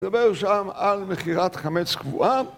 מדבר שם על מחירת חמץ קבועה